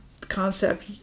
concept